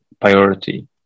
priority